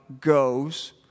goes